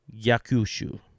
Yakushu